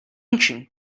ancient